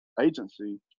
agency